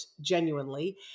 genuinely